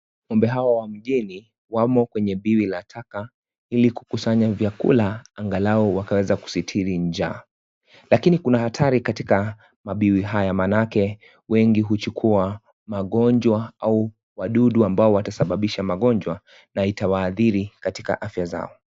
Ng'ombe hawa wa mjini wamo kwenye biwi la taka, ili kukusanya vyakula angalau wakaweza kuzitiri njaa, lakini kuna hatari katika mabiwi haya maanake wengi huchukua magonjwa au wadudu ambao watasababisha magonjwa na itawaadhiri katika afya zao.